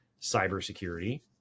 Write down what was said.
cybersecurity